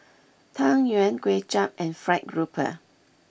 Tang Yuen Kway Chap and Fried Grouper